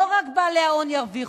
לא רק בעלי ההון ירוויחו.